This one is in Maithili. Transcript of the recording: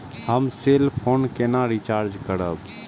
हम सेल फोन केना रिचार्ज करब?